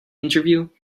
interview